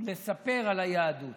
לספר על היהדות.